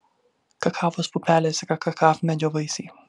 kakavos pupelės yra kakavmedžio vaisiai